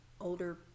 older